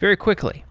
very quickly.